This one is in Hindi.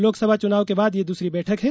लोकसभा चुनाव के बाद ये दूसरी बैठक है